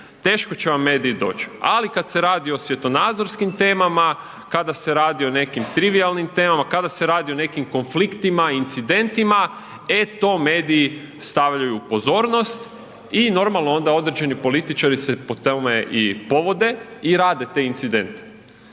teško će vam mediji doći. Ali kad se radi o svjetonazorskim temama, kada se radi o nekim trivijalnim temama, kada se radi o nekim konfliktima, incidentima, e to mediji stavljaju pozornost i normalno, onda određeni političari se po tome i povode i rade te incidente